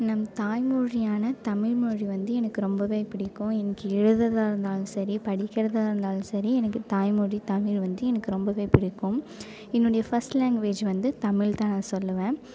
நம் தாய் மொழியான தமிழ் மொழி வந்து எனக்கு ரொம்பவே பிடிக்கும் எனக்கு எழுதுறதாக இருந்தாலும் சரி படிக்கிறதா இருந்தாலும் சரி எனக்கு தாய் மொழி தமிழ் வந்து எனக்கு ரொம்பவே பிடிக்கும் என்னுடைய ஃபஸ்ட் லாக்வேஜ் வந்து தமிழ் தான் நான் சொல்வேன்